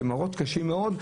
שהם מראות קשים מאוד,